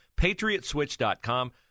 PatriotSwitch.com